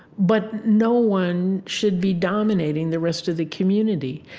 but no one should be dominating the rest of the community.